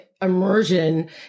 immersion